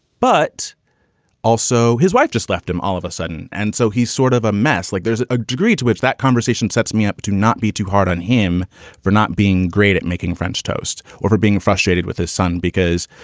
but also his wife just left him all of a sudden. and so he's sort of a mess. like there's a degree to which that conversation sets me up to not be too hard on him for not being great at making french toast or her being frustrated with his son because,